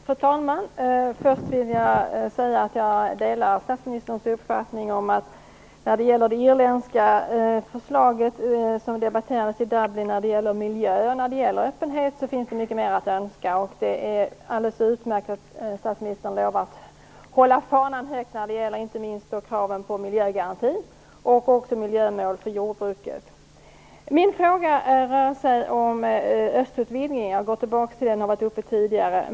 Fru talman! Först vill jag säga att jag delar statsministerns uppfattning om att det finns mycket mer i övrigt att önska beträffande det irländska förslag om miljön och om öppenhet som debatterades i Dublin. Det är alldeles utmärkt att statsministern lovat hålla fanan högt, inte minst när det gäller kraven på miljögaranti och på miljömål för jordbruket. Min fråga handlar om östutvidgningen. Jag går tillbaka till den - den har varit uppe tidigare.